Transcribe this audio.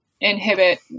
inhibit